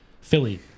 Philly